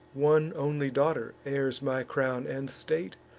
one only daughter heirs my crown and state,